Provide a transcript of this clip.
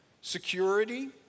security